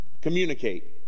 communicate